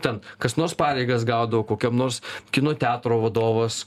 ten kas nors pareigas gaudavo kokiam nors kino teatro vadovas